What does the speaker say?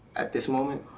at this moment,